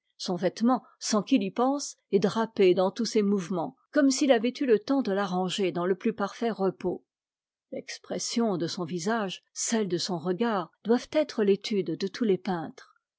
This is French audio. son vêtement sans qu'il y pense est drapé dans tous ses mouvements comme s'il avait eu le temps de l'arranger dans le plus parfait repos l'expression de son visage celle de son regard doivent être l'étude de tous les peintres